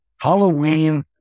Halloween